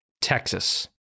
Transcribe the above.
Texas